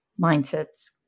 mindsets